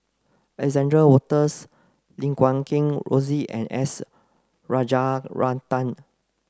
Alexander Wolters Lim Guat Kheng Rosie and S Rajaratnam